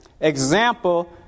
example